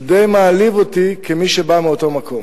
הוא די מעליב אותי כמי שבא מאותו מקום.